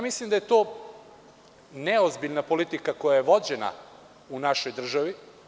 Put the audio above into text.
Mislim da je to neozbiljna politika koja je vođena u našoj državi.